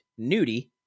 Nudie